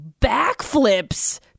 backflips